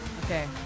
Okay